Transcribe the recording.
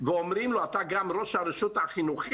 ואומרים לו: אתה גם ראש הרשות החינוכית.